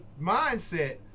mindset